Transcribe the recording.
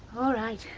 alright,